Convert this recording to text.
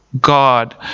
God